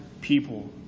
people